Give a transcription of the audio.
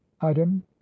Item